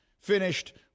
finished